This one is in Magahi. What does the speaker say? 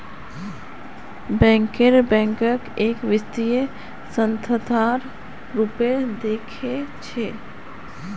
बैंकर बैंकक एक वित्तीय संस्थार रूपत देखअ छ